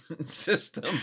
system